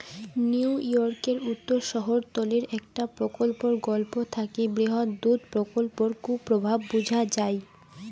নিউইয়র্কের উত্তর শহরতলীর একটা প্রকল্পর গল্প থাকি বৃহৎ দুধ প্রকল্পর কুপ্রভাব বুঝা যাই